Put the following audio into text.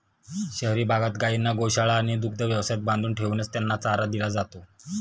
शहरी भागात गायींना गोशाळा आणि दुग्ध व्यवसायात बांधून ठेवूनच त्यांना चारा दिला जातो